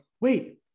wait